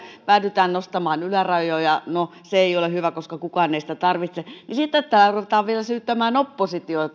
ja päädytään nostamaan ylärajoja no se ei ole hyvä koska kukaan ei sitä tarvitse niin sitten täällä ruvetaan vielä syyttämään oppositiota